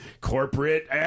corporate